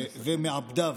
ומעבדיו.